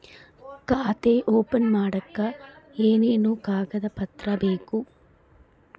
ಖಾತೆ ಓಪನ್ ಮಾಡಕ್ಕೆ ಏನೇನು ಕಾಗದ ಪತ್ರ ಬೇಕು?